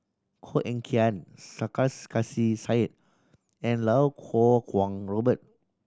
Koh Eng Kian Sarkasi Said and Iau Kuo Kwong Robert